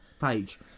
page